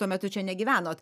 tuo metu čia negyvenot